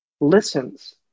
listens